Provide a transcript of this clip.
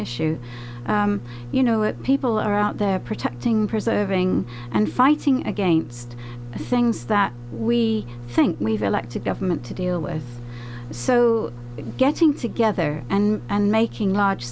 issue you know what people are out there protecting preserving and fighting against things that we think we've elected government to deal with so getting together and making l